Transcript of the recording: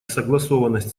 согласованность